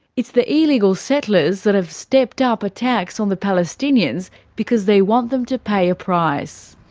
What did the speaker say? it's the illegal settlers that have stepped up attacks on the palestinians because they want them to pay a price.